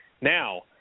Now